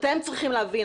אתם צריכים להבין,